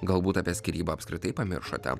galbūt apie skyrybą apskritai pamiršote